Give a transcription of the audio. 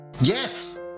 Yes